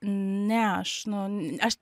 ne aš nu aš